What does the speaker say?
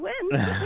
win